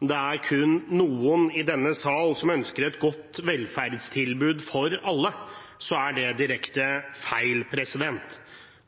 det er kun noen i denne sal som ønsker et godt velferdstilbud for alle, er det direkte feil.